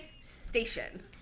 station